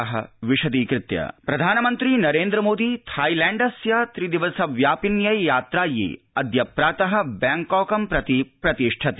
प्रधानमन्त्रीथाइलैण्डम् प्रधानमन्त्री नरेन्द्र मोदी थाईलैण्डस्य त्रि दिवस व्यापिन्यै यात्रायै अद्य प्रातः बैंकॉकं प्रति प्रतिष्ठते